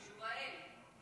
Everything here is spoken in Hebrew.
שובאל.